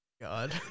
God